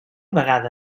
vegada